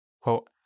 Quote